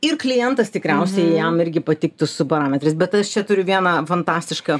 ir klientas tikriausiai jam irgi patiktų su parametrais bet aš čia turiu vieną fantastišką